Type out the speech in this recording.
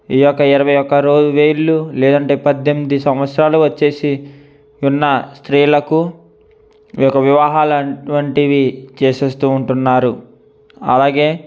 ఈ యొక్క ఇరవై ఒక్క రోజు ఏళ్ళు లేదంటే పద్దెనిమిది సంవత్సరాలు వచ్చేసి ఉన్న స్త్రీలకు ఈ యొక వివాహాలు అటువంటివి చేసేస్తూ ఉంటునారు అలాగే